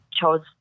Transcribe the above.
chose